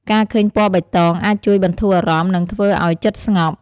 ការឃើញពណ៌បៃតងអាចជួយបន្ធូរអារម្មណ៍ និងធ្វើឱ្យចិត្តស្ងប់។